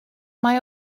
mae